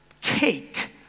cake